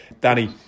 Danny